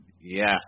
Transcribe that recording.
Yes